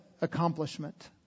accomplishment